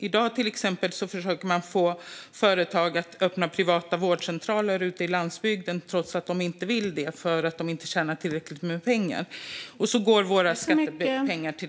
I dag försöker man till exempel få företag att öppna privata vårdcentraler ute i landsbygden trots att de inte vill, eftersom de inte tjänar tillräckligt med pengar. Sådant går våra skattepengar till.